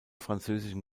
französischen